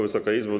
Wysoka Izbo!